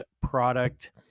product